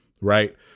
right